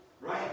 right